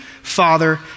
Father